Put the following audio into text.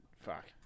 fuck